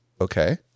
okay